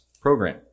Program